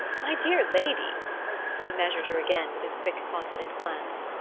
my dear lady he measured her again with his quick confident glance.